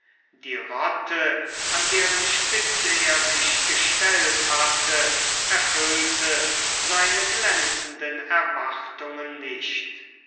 die rotte an deren spitze er sich gestellt hatte erfüllte seine glänzenden erwartungen nicht